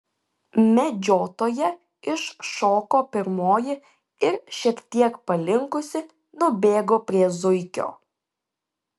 medžiotoja iššoko pirmoji ir šiek tiek palinkusi nubėgo prie zuikio